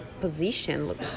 position